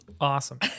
awesome